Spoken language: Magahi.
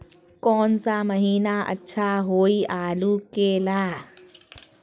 कौन सा महीना अच्छा होइ आलू के ला?